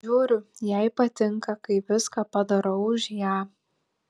žiūriu jai patinka kai viską padarau už ją